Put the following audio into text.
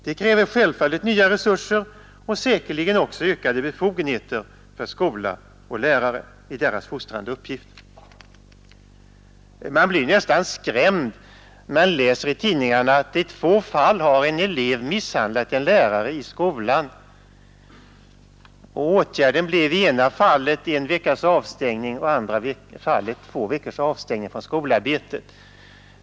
Det kräver självfallet nya resurser och säkerligen också ökade befogenheter för skola och lärare i deras fostrande uppgift. Man blir nästan skrämd, när man läser i tidningarna att i två fall har en elev misshandlat en lärare i skolan, och åtgärden blev i ena fallet en veckas avstängning och i andra fallet två veckors avstängning från skolarbetet.